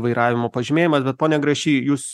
vairavimo pažymėjimas bet pone grašy jūs